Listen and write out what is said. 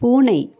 பூனை